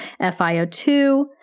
FiO2